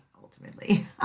ultimately